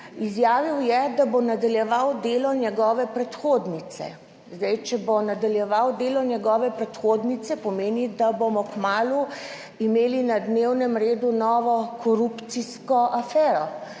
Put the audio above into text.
Izjavil je, da bo nadaljeval delo njegove predhodnice. Zdaj, če bo nadaljeval delo njegove predhodnice, pomeni, da bomo kmalu imeli na dnevnem redu novo korupcijsko afero,